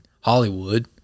Hollywood